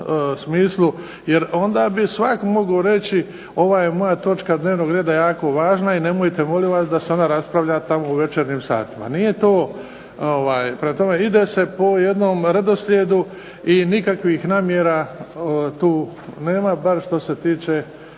smislu jer onda bi svako mogao reći ova je moja točka dnevnog reda jako važna i nemojte molim vas da se ona raspravlja u večernjim satima. Prema tome, ide se po jednom redoslijedu i nikakvih namjera tu nema, bar što se tiče